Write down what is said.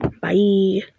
Bye